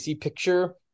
picture